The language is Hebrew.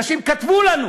אנשים כתבו לנו: